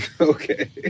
Okay